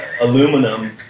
aluminum